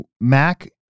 Mac